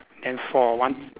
then for one